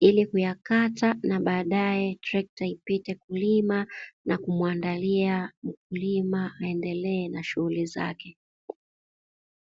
ili kuyakata na baadae trekta ipite kwa ajili ya kulima na kumwandalia mkulima aendelee na shughuli zake.